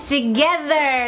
Together